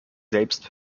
selbst